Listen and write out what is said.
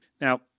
now